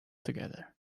together